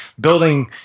building